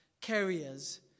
carriers